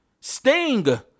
sting